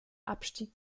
abstieg